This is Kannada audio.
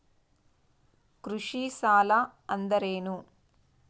ಕೃಷಿ ಸಾಲ ಅಂದರೇನು?